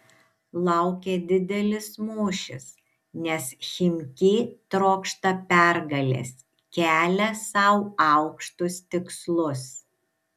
laukia didelis mūšis nes chimki trokšta pergalės kelia sau aukštus tikslus